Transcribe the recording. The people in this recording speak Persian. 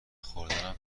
خوردنم